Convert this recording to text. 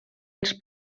els